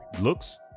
looks